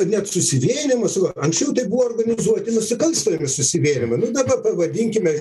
net susivienijimą siūlo anksčiau tai buvo organizuoti nusikalstami susivienijimai nu dabar pavadinkime